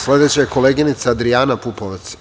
Sledeća je koleginica Adrijana Pupovac.